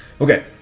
Okay